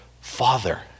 Father